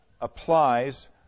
applies